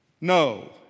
No